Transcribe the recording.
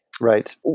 Right